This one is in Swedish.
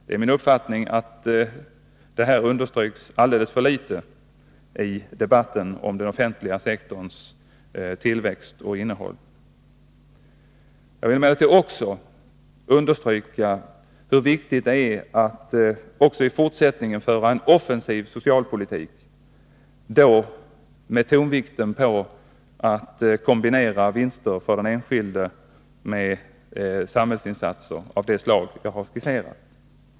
Det är min uppfattning att detta understryks alldeles för litet i debatten om den offentliga sektorns tillväxt och innehåll. Jag vill emellertid också understryka hur viktigt det är att även i fortsättningen föra en offensiv socialpolitik, då med tonvikten på att kombinera vinster för den enskilde med samhällsinsatser av det slag jag har skisserat.